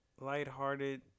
lighthearted